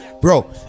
Bro